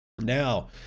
Now